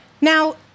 Now